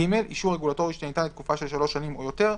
(ג)אישור רגולטורי שניתן לתקופה של 3 שנים או יותר,